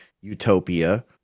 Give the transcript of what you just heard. utopia